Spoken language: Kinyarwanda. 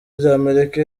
ry’amerika